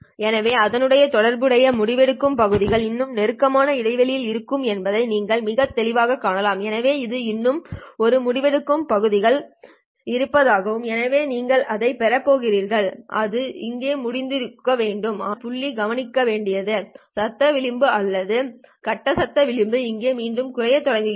எனவே அதனுடன் தொடர்புடைய முடிவெடுக்கும் பகுதிகள் இன்னும் நெருக்கமான இடைவெளியில் இருக்கும் என்பதை நீங்கள் மிகத் தெளிவாகக் காணலாம் எனவே இது இன்னும் ஒரு முடிவெடுக்கும் பகுதிகள் இருப்பதால் எனவே நீங்கள் அதைப் பெறப் போகிறீர்கள் அது இங்கே முடிந்திருக்க வேண்டும் ஆனால் புள்ளி கவனிக்க வேண்டியது சத்தம் விளிம்பு அல்லது கட்ட சத்தம் விளிம்பு இங்கே மீண்டும் குறையத் தொடங்குகிறது